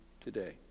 today